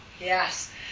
Yes